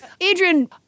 Adrian